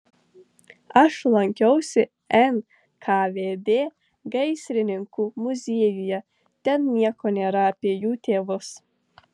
aš lankiausi nkvd gaisrininkų muziejuje ten nieko nėra apie jų tėvus